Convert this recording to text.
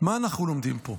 מה אנחנו לומדים פה?